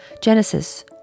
Genesis